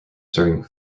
serving